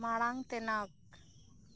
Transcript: ᱢᱟᱲᱟᱝ ᱛᱮᱱᱟᱜ